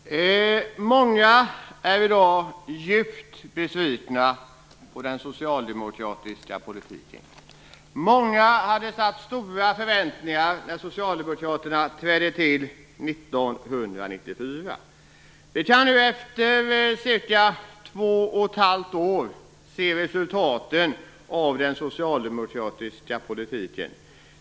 Fru talman! Många är i dag djupt besvikna på den socialdemokratiska politiken. Många hade stora förväntningar när Socialdemokraterna trädde till år 1994. Vi kan nu efter cirka två och ett halvt år se resultaten av den socialdemokratiska politiken.